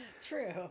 True